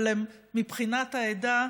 אבל מבחינת העדה,